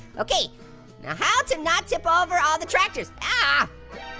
okay. now how to not tip ah over all the tractors? ahh!